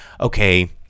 okay